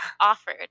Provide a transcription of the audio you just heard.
offered